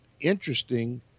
interesting